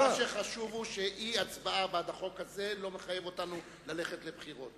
מה שחשוב הוא שאי-הצבעה בעד החוק הזה לא מחייבת אותנו ללכת לבחירות